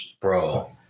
bro